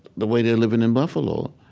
the way they're living in buffalo.